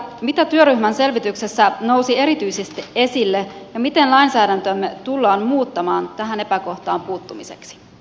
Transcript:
mitä työryhmän selvityksessä nousi erityisesti esille ja miten lainsäädäntöämme tullaan muuttamaan tähän epäkohtaan puuttumiseksi